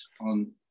on